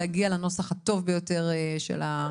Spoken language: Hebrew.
להגיע לנוסח הטוב ביותר של החוק.